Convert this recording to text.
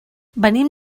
venim